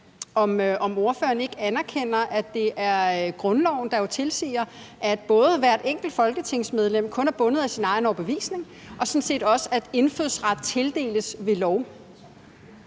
om ordføreren ikke anerkender, at grundloven både siger, at hvert enkelt folketingsmedlem kun er bundet af sin egen overbevisning, og sådan set også, at indfødsret tildeles ved lov.